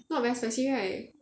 not very spicy right